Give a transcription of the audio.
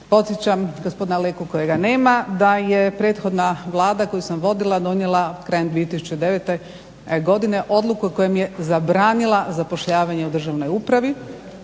Podsjećam gospodina Leku kojega nema da je prethodna Vlada koju sam vodila donijela krajem 2009. godine odluku kojom je zabranila zapošljavanje u državnoj upravi,